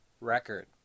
record